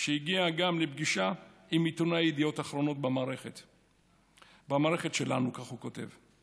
שהגיעה גם לפגישה עם עיתונאי ידיעות אחרונות במערכת שלנו" כך הוא כותב.